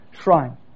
shrine